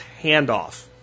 handoff